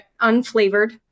unflavored